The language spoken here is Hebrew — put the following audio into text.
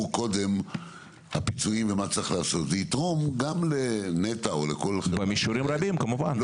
קודם הפיצויים ומה צריך לעשות זה יתרום גם לנת"ע או לכול חברה אחרת,